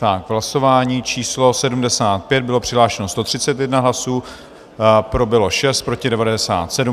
V hlasování číslo 75 bylo přihlášeno 131 hlasů, pro bylo 6, proti 97.